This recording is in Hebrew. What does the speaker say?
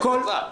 חכה.